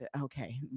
okay